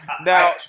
Now